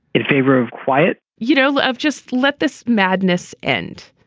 in favor of quiet. you know, i've just let this madness end.